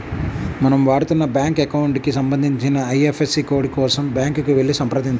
మనం వాడుతున్న bank account కి సంబంధించిన ఐ.ఎఫ్.ఎస్.సి కోడ్ కోసం బ్యాంకుకి వెళ్లి సంప్రదించాలి